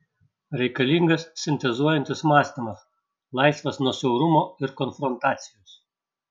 reikalingas sintezuojantis mąstymas laisvas nuo siaurumo ir konfrontacijos